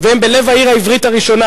אף אחד לא רוצה להעתיק את הקיר הזה,